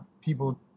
people